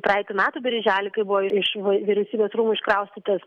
praeitų metų birželį kai buvo iš vyriausybės rūmų iškraustytas